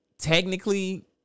technically